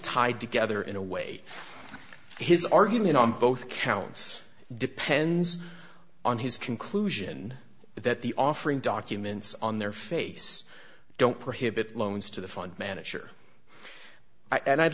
tied together in a way his argument on both counts depends on his conclusion that the offering documents on their face don't prohibit loans to the fund manager and i'd